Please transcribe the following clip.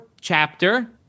chapter